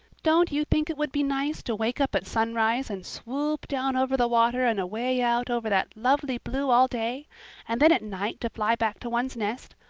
don't you think it would be nice to wake up at sunrise and swoop down over the water and away out over that lovely blue all day and then at night to fly back to one's nest?